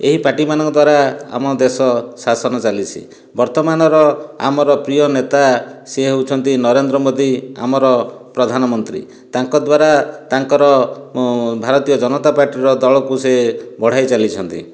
ଏହି ପାର୍ଟି ମାନଙ୍କ ଦ୍ୱାରା ଆମ ଦେଶ ଶାସନ ଚାଲିଛି ବର୍ତ୍ତମାନର ଆମର ପ୍ରିୟ ନେତା ସେ ହେଉଛନ୍ତି ନରେନ୍ଦ୍ର ମୋଦି ଆମର ପ୍ରଧାନମନ୍ତ୍ରୀ ତାଙ୍କଦ୍ୱାରା ତାଙ୍କର ଅଁ ଭାରତୀୟ ଜନତା ପାର୍ଟିର ଦଳକୁ ସେ ବଢ଼ାଇ ଚାଲିଛନ୍ତି